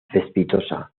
cespitosa